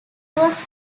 was